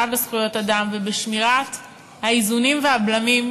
בזכויות אדם ובשמירת האיזונים והבלמים,